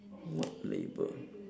what label